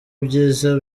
ibyiza